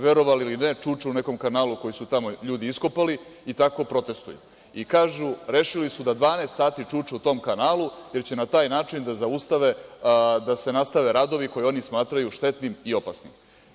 Verovali ili ne, čuče u nekom kanalu koji su tamo ljudi iskopali i tako protestuju i rešili su da dvanaest sati čuče u tom kanalu, jer će na taj način da zaustave da se nastave radovi koje oni smatraju štetnim i opasnim.